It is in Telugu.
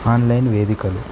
ఆన్లైన్ వేదికలు